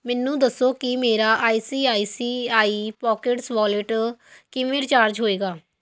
ਮੈਨੂੰ ਦੱਸੋ ਕਿ ਮੇਰਾ I C I C I pockets wallet ਕਿਵੇਂ ਰਿਚਾਰਜ ਹੋਏਗਾ